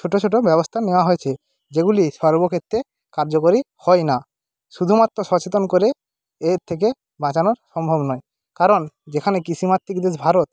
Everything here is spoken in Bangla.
ছোটো ছোটো ব্যবস্থা নেওয়া হয়েছে যেগুলি সর্বক্ষেত্রে কার্যকরী হয় না শুধুমাত্র সচেতন করে এর থেকে বাঁচানো সম্ভব নয় কারণ যেখানে কৃষিমাতৃক দেশ ভারত